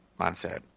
mindset